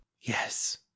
yes